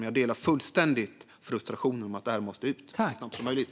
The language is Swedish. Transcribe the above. Men jag delar alltså fullständigt frustrationen när det gäller att stödet måste ut så snabbt som möjligt.